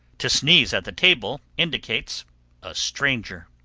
to sneeze at the table indicates a stranger.